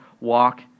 walk